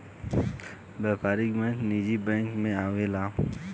व्यापारिक बैंक निजी बैंक मे आवेला